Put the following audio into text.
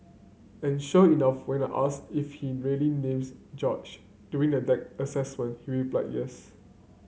and sure enough when I asked if he really names George during the deck assessment he replied yes